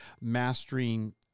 Mastering